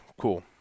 cool